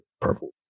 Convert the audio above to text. purple